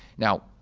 now,